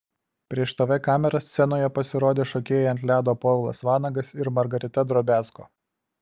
prieš tv kameras scenoje pasirodė šokėjai ant ledo povilas vanagas ir margarita drobiazko